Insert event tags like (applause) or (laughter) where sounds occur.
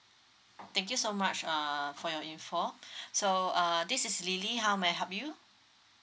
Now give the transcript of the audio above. thank you so much uh for your info (breath) so uh this is lily how may I help you